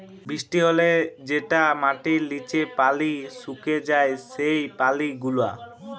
বৃষ্টি হ্যলে যেটা মাটির লিচে পালি সুকে যায় সেই পালি গুলা